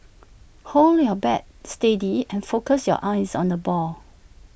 hold your bat steady and focus your eyes on the ball